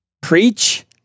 Preach